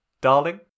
Darling